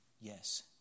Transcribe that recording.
Yes